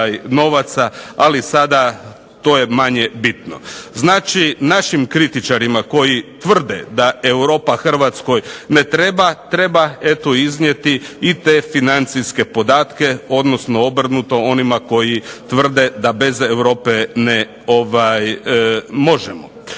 Ali sada to je manje bitno. Znači, našim kritičarima koji tvrde da Europa Hrvatskoj ne treba, treba eto iznijeti i te financijske podatke, odnosno obrnuto onima koji tvrdi da bez Europe možemo.